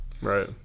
Right